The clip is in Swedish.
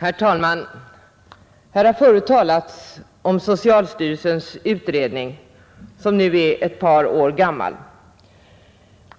Herr talman! Här har förut talats om socialstyrelsens utredning, som nu är ett par år gammal.